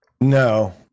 No